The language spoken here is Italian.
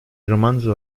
romanzo